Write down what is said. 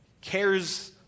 cares